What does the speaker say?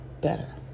better